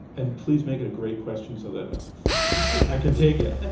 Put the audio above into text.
and please make it a great question so that i can take it.